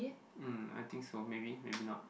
mm I think so maybe maybe not